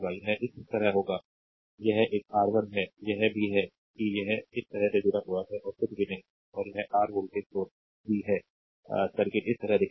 यह इस तरह होगा यह एक आर 1 है यह भी है कि यह इस तरह से जुड़ा हुआ है और कुछ भी नहीं है और यह आर वोल्टेज सोर्स v है सर्किट इस तरह दिखेगा